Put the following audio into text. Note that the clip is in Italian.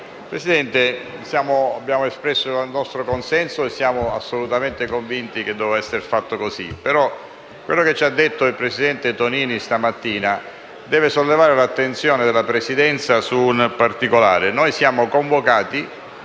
Presidente, noi abbiamo espresso il nostro consenso e siamo assolutamente convinti che si debba procedere così. Però, quanto ci ha detto il presidente Tonini questa mattina deve sollevare l'attenzione della Presidenza su un particolare. Come Commissioni